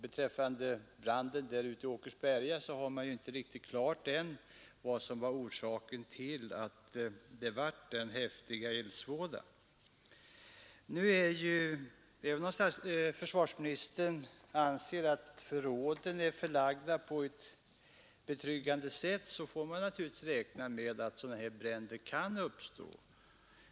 Beträffande branden i Åkersberga har man ännu inte fått riktigt klart för sig vad som var orsaken till att den blev så häftig. Även om försvarsministern anser att förråden är förlagda på ett betryggande sätt får man naturligtvis räkna med att sådana här bränder kan uppstå.